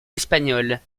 espagnole